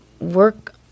work